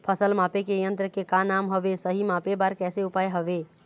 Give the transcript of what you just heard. फसल मापे के यन्त्र के का नाम हवे, सही मापे बार कैसे उपाय हवे?